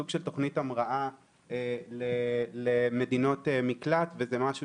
סוג של תכנית המראה למדינות מקלט וזה משהו